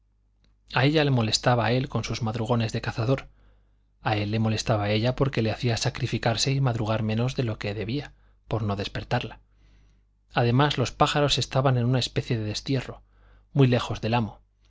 a ella la molestaba él con sus madrugones de cazador a él le molestaba ella porque le hacía sacrificarse y madrugar menos de lo que debía por no despertarla además los pájaros estaban en una especie de destierro muy lejos del amo